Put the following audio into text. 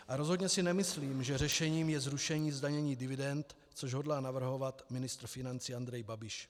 A rozhodně si nemyslím, že řešením je zrušení zdanění dividend, což hodlá navrhovat ministr financí Andrej Babiš.